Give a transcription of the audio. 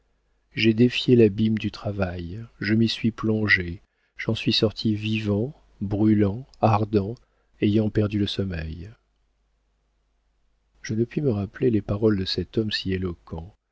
j'ai défié l'abîme du travail je m'y suis plongé j'en suis sorti vivant brûlant ardent ayant perdu le sommeil je ne puis me rappeler les paroles de cet homme si éloquent